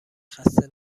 خسته